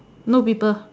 no people